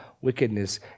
wickedness